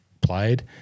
played